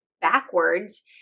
backwards